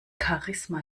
charisma